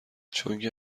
چونکه